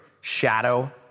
shadow